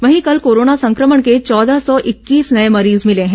वहीं कल कोरोना संक्रमण के चौदह सौ इक्कीस नये मरीज मिले हैं